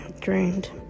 drained